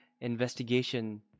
investigation